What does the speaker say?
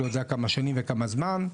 לא יודע כמה שנים וכמה זמן,